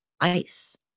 ice